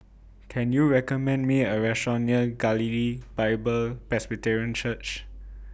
Can YOU recommend Me A Restaurant near Galilee Bible Presbyterian Church